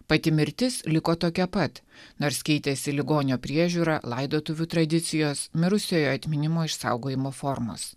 pati mirtis liko tokia pat nors keitėsi ligonio priežiūra laidotuvių tradicijos mirusiojo atminimo išsaugojimo formos